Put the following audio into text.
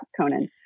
Conan